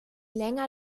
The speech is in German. länger